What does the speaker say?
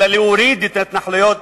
אלא להוריד את ההתנחלויות,